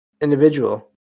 individual